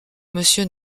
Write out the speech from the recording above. monsieur